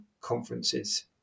conferences